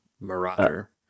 marauder